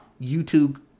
YouTube